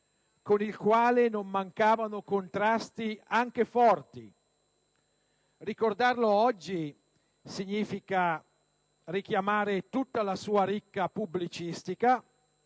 con il quale non mancavano contrasti anche forti. Ricordarlo oggi significa richiamare tutta la sua ricca pubblicistica,